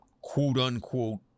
quote-unquote